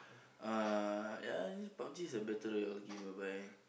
uh ya this Pub-G is battle royale game whereby